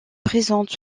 présente